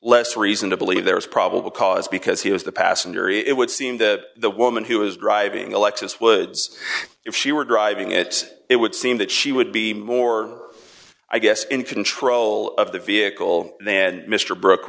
less reason to believe there was probable cause because he was the passenger it would seem that the woman who was driving the lexus woods if she were driving it it would seem that she would be more i guess in control of the vehicle then mr bro